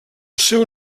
seu